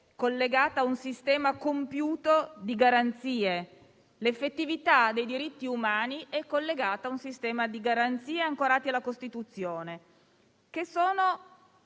collegata a un sistema compiuto di garanzie: l'effettività dei diritti umani è collegata a un sistema di garanzie ancorate alla Costituzione, che hanno